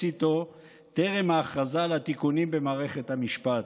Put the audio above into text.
איתו טרם ההכרזה על התיקונים במערכת המשפט.